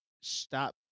stop